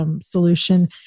Solution